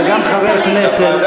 אתה גם חבר כנסת,